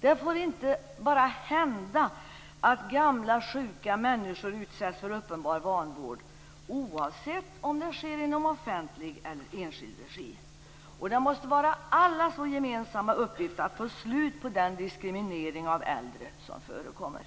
Det får bara inte hända att gamla sjuka människor utsätts för uppenbar vanvård, oavsett om det sker i offentlig eller enskild regi. Det måste vara allas vår gemensamma uppgift att få slut på den diskriminering av äldre som förekommer.